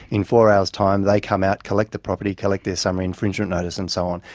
in four hours' time they come out, collect the property, collect their summary infringement notice and so on.